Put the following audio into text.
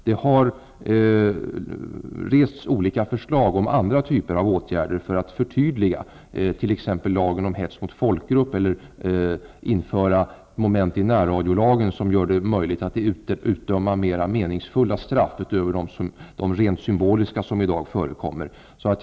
Det har rests olika för slag om andra typer av åtgärder för att förtydliga detta. Det gäller t.ex lagen om hets mot folkgrupp eller att införa moment i närradiolagen som gör det möjligt att utdöma mer meningsfulla straff, utöver de rent symboliska som förekommer i dag.